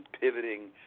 pivoting